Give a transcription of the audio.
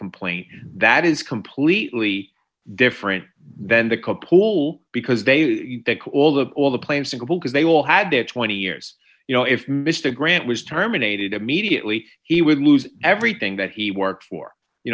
complaint that is completely different than the cop pull because they take all the all the plain simple because they all had their twenty years you know if mr grant was terminated immediately he would lose everything that he worked for you